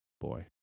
boy